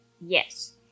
Yes